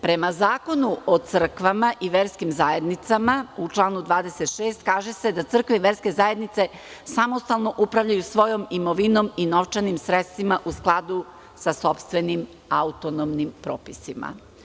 Prema Zakonu o crkvama i verskim zajednicama u članu 26. kaže se – da crkve i verske zajednice samostalno upravljaju svojom imovinom i novčanim sredstvima u skladu sa sopstvenim autonomnim propisima.